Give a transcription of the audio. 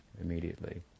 immediately